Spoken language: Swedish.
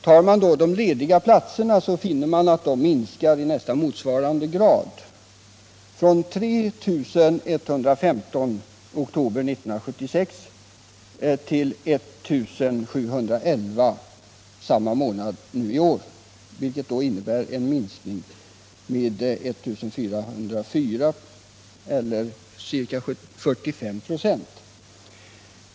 Man finner att de lediga platserna minskade i nästan motsvarande grad, från 3 115 i oktober 1976 till 1 711 samma månad i år, vilket innebär en minskning med 1 404 eller ca 45 96.